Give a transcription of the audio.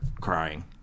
crying